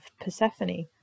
Persephone